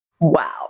Wow